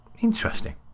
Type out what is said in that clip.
interesting